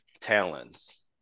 talents